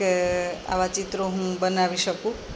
કે આવાં ચિત્રો હું બનાવી શકું